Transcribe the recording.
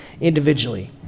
individually